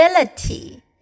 ability